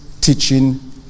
teaching